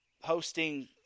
hosting